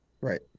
Right